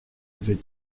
avait